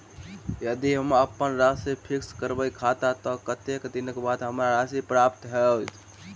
यदि हम अप्पन राशि फिक्स करबै खाता मे तऽ कत्तेक दिनक बाद हमरा राशि प्राप्त होइत?